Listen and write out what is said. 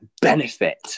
benefit